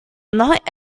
not